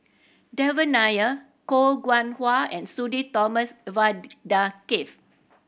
Devan Nair Koh Nguang How and Sudhir Thomas Vadaketh